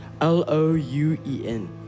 L-O-U-E-N